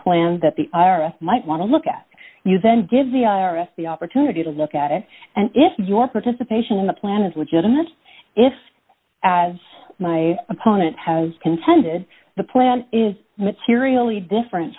plan that the i r s might want to look at you then give the i r s the opportunity to look at it and if your participation in the plan is legitimate if as my opponent has contended the plan is materially different